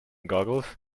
googles